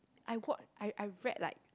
I wa~ I I read like